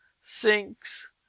sinks